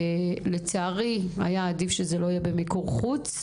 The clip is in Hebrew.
לצערי היה עדיף שזה לא יהיה במיקור חוץ,